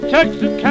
Texas